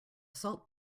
salt